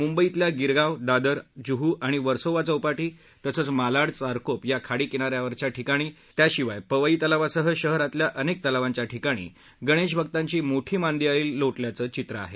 मुंबईतल्या गिरगाव दादर जुहू आणि वर्सोवा चौपाटी तसंच मालाड चारकोप या खाडीकिनाऱ्याच्या ठिकाणी त्याशिवाय पवई तलावासह शहरातल्या अनेक तलावांच्या ठिकाणी गणेशभक्तांची मोठी मांदियाळी लोटल्याचं चित्र आहे